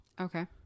Okay